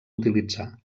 utilitzar